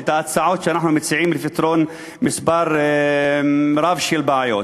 את ההצעות שאנחנו מציעים לפתרון מספר רב של בעיות.